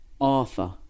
Arthur